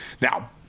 Now